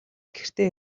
гэртээ